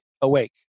awake